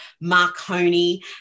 Marconi